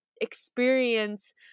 experience